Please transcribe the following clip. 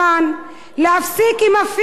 להפסיק עם הפיקציה, תודה.